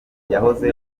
yahoze